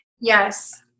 Yes